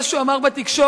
מה שהוא אמר בתקשורת,